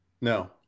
No